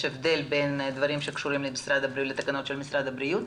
הבדל בין דברים שקשורים לתקנות של משרד הבריאות,